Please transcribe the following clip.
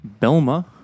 Belma